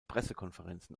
pressekonferenzen